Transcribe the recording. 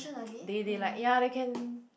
they they like ya they can